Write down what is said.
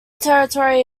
territory